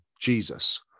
Jesus